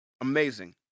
Amazing